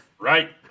Right